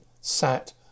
sat